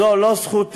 זו לא זכותנו,